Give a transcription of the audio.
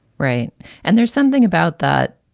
right and there's something about that.